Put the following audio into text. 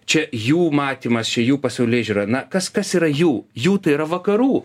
čia jų matymas čia jų pasaulėžiūra na kas kas yra jų jų tai yra vakarų